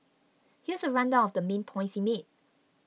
here's a rundown of the main points he made